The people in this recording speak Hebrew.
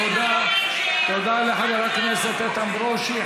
תודה לחבר הכנסת איתן ברושי.